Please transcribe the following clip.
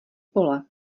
pole